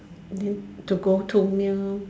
then to go too near lor